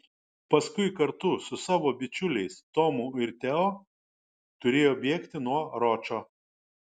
paskui kartu su savo bičiuliais tomu ir teo turėjo bėgti nuo ročo